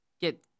get